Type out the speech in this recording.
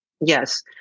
Yes